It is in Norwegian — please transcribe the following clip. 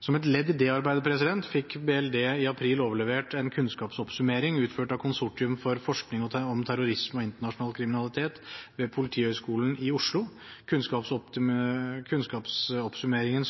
Som et ledd i dette arbeidet fikk BLD i april overlevert en kunnskapsoppsummering utført av Konsortium for forskning om terrorisme og internasjonal kriminalitet ved Politihøgskolen i Oslo. Kunnskapsoppsummeringen